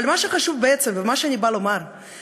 אבל מה שחשוב בעצם ומה שאני באה לומר,